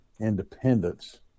Independence